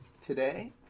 today